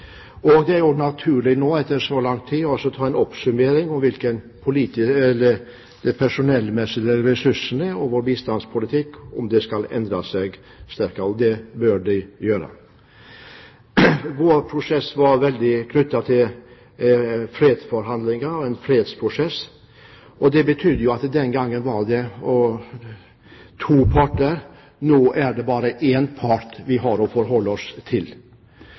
Det er også naturlig nå, etter så lang tid, å ta en oppsummering av om de personellmessige ressursene og vår bistandspolitikk skal endre seg, og det bør de gjøre. Vår involvering har vært sterkt knyttet til fredsforhandlinger og fredsprosess. Den gangen var det to parter, mens det nå bare er én part vi har å forholde oss til.